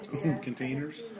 Containers